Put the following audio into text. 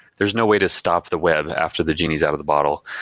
there's no way to stop the web after the genie is out of the bottle.